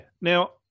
Now